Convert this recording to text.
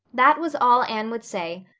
that was all anne would say,